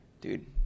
dude